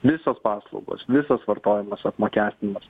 visos paslaugos visas vartojimas apmokestinamas